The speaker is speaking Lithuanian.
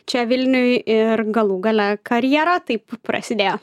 čia vilniuj ir galų gale karjera taip prasidėjo